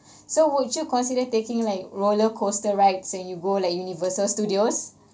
so would you consider taking like roller coaster rides and you go like universal studios